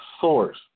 source